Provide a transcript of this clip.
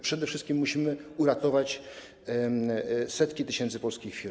Przede wszystkim musimy uratować setki tysięcy polskich firm.